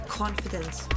confidence